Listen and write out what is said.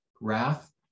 wrath